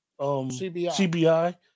CBI